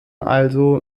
also